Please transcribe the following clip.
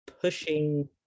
pushing